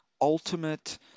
ultimate